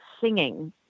singing